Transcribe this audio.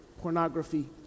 pornography